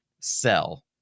sell